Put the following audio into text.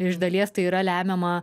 iš dalies tai yra lemiama